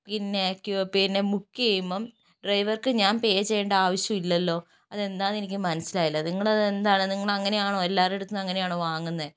പിന്നെ ബുക്ക് ചെയ്യുമ്പം ഡ്രൈവർക്ക് ഞാൻ പേ ചെയ്യേണ്ട ആവശ്യമില്ലല്ലോ അതെന്താണെന്നെനിക്ക് മനസിലായില്ല നിങ്ങള് അതെന്താണ് നിങ്ങൾ അങ്ങനെ ആണോ എല്ലാവരുടെയും അടുത്ത് നിന്ന് അങ്ങനെയാണോ വാങ്ങുന്നത്